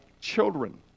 children